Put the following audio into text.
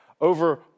over